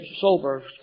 sober